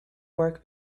work